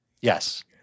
Yes